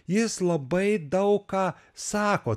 jis labai daug ką sako